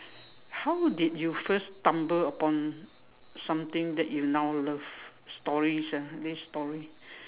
how did you first stumble upon something that you now love stories ah this is story